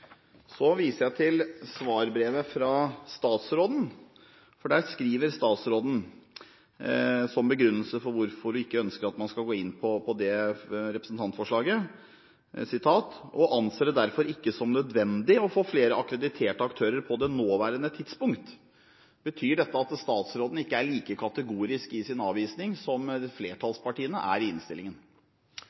Så viser jeg til svarbrevet fra statsråden, for der skriver hun som begrunnelse for hvorfor man ikke ønsker å gå inn for representantforslaget: og anser det derfor ikke som nødvendig å få flere akkrediterte aktører på det nåværende tidspunkt.» Betyr dette at statsråden ikke er like kategorisk i sin avvisning som flertallspartiene er i innstillingen?